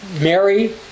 Mary